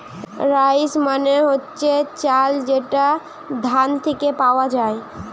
rice মানে হচ্ছে চাল যেটা ধান থিকে পাওয়া যায়